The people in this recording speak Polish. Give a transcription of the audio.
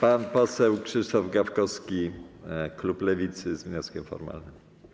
Pan poseł Krzysztof Gawkowski, klub Lewicy, z wnioskiem formalnym.